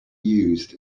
used